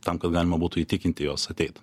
tam kad galima būtų įtikinti juos ateit